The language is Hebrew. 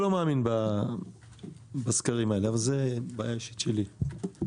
מאמין בסקרים האלה אבל זו בעיה אישית שלי.